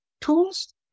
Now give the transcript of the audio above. tools